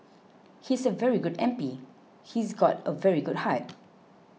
he's a very good M P he's got a very good heart